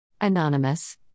Anonymous